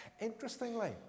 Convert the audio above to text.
Interestingly